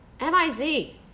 M-I-Z